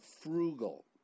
frugal